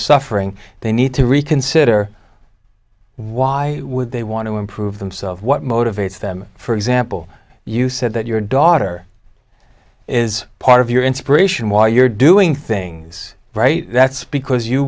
suffering they need to reconsider why would they want to improve themselves what motivates them for example you said that your daughter is part of your inspiration why you're doing things right that's because you